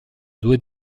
due